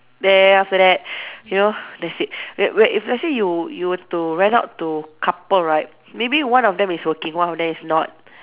then after that you know that's it w~ w~ let's say you you were to rent out to couple right maybe one of them is working one of them is not